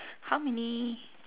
how many